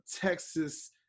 Texas